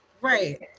right